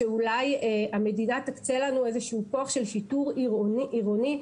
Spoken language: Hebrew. שאולי המדינה תקצה לנו איזשהו כוח של שיטור עירוני,